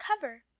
cover